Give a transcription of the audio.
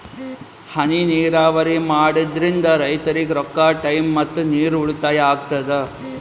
ಹನಿ ನೀರಾವರಿ ಮಾಡಾದ್ರಿಂದ್ ರೈತರಿಗ್ ರೊಕ್ಕಾ ಟೈಮ್ ಮತ್ತ ನೀರ್ ಉಳ್ತಾಯಾ ಆಗ್ತದಾ